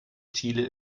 chile